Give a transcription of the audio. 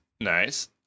Nice